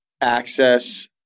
access